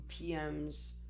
PMs